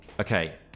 Okay